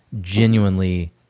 genuinely